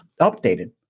updated